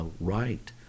right